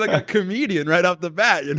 a comedian right off the bat.